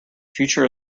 future